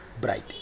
bright